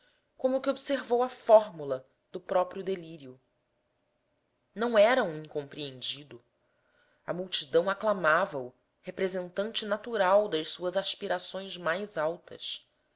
como que observou a fórmula do próprio delírio não era um incompreendido a multidão aclamavao representante natural das suas aspirações mais altas